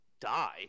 die